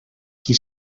qui